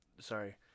Sorry